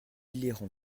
liront